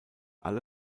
alle